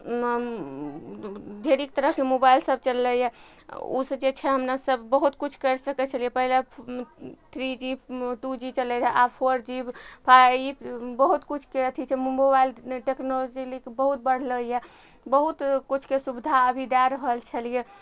ढेरिक तरहके मोबाइल सब चललइ यऽ उसँ जे छै हमरा सब बहुत किछु करि सकय छलियै पहिले थ्री जी टू जी चलय रहय आब फोर जी फाइव बहुत किछुके अथी छै मोबाइल टेक्नोलॉजीके बहुत बढ़लइए बहुत किछुके सुविधा अभी दै रहल छलियै